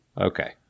Okay